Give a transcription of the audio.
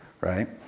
right